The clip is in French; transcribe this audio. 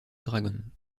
dragon